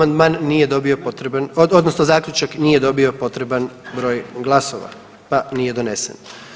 Amandman nije dobio potreban, odnosno zaključak nije dobio potreban broj glasova pa nije donesen.